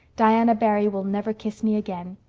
diana barry will never kiss me again.